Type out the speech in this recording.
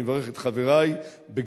אני מברך את חברי בגל-יוסף,